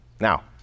Now